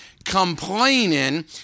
complaining